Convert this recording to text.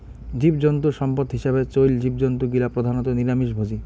জীবজন্তু সম্পদ হিছাবে চইল জীবজন্তু গিলা প্রধানত নিরামিষভোজী